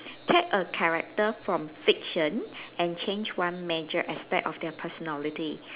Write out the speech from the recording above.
get a character from a fiction and change one major aspect of their personality